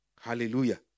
Hallelujah